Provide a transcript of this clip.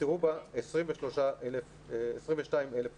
נפטרו בה 22,000 איש.